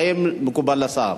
האם מקובל על השר?